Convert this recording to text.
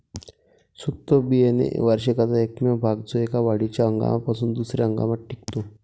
सुप्त बियाणे वार्षिकाचा एकमेव भाग जो एका वाढीच्या हंगामापासून दुसर्या हंगामात टिकतो